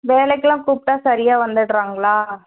வேலைக்கெல்லாம் கூப்பிட்டா சரியா வந்துடுறாங்களா